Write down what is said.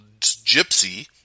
Gypsy